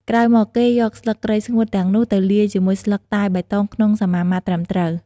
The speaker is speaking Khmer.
ក្រោយមកគេយកស្លឹកគ្រៃស្ងួតទាំងនោះទៅលាយជាមួយស្លឹកតែបៃតងក្នុងសមាមាត្រត្រឹមត្រូវ។